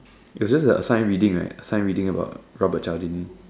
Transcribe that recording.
it was just a sign reading right sign reading about Robert charging